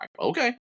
okay